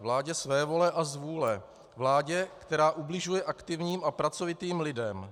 Vládě svévole a zvůle, vládě, která ubližuje aktivním a pracovitým lidem.